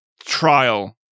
trial